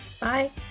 bye